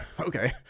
okay